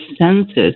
senses